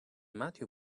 matthew